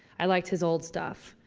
i liked his old stuff.